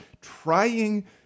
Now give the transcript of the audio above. trying